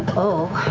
oh,